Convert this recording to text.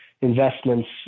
investments